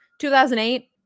2008